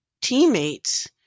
teammates